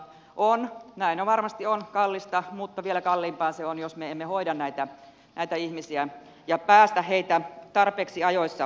on näin varmasti on kallista mutta vielä kalliimpaa se on jos me emme hoida näitä ihmisiä ja päästä heitä tarpeeksi ajoissa avun piiriin